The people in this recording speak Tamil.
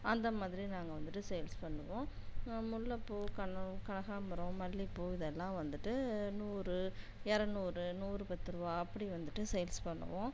அந்தமாதிரி நாங்கள் வந்துவிட்டு சேல்ஸ் பண்ணுவோம் முல்லைப்பூ கன்று கனகாம்பரம் மல்லிப்பூ இதெல்லாம் வந்துவிட்டு நூறு இரநூறு நூறு பத்துரூவா அப்படி வந்துவிட்டு சேல்ஸ் பண்ணுவோம்